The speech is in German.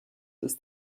ist